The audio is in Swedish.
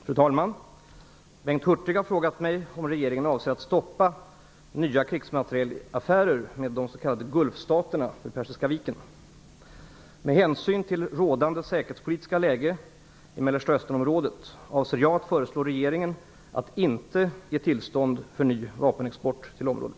Fru talman! Bengt Hurtig har frågat mig om regeringen avser att stoppa nya krigsmaterielaffärer med de s.k. Gulfstaterna vid Persiska viken. Med hänsyn till rådande säkerhetspolitiska läge i Mellanösternområdet avser jag att föreslå regeringen att inte ge tillstånd för ny vapenexport till området.